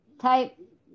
type